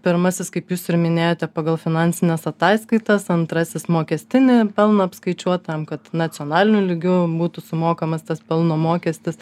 pirmasis kaip jūs ir minėjote pagal finansines ataskaitas antrasis mokestinį pelną apskaičiuot tam kad nacionaliniu lygiu būtų sumokamas tas pelno mokestis